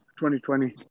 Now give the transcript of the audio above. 2020